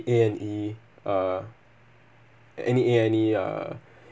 A and E uh a~ any A and E uh